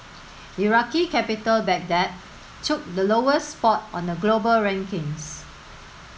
Iraqi capital Baghdad took the lowest spot on the global rankings